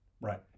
Right